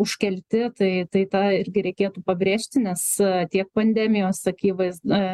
užkelti tai tai tą irgi reikėtų pabrėžti nes tiek pandemijos akivaizda